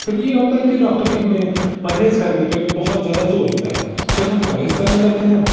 پھر یہ ہوتا ہے کہ ڈاکٹر بھی ہمیں پرہیز کرنے پہ بہت زیادہ زور دیتا ہے پھر ہم پرہیز کرنے لگتے ہیں